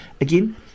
Again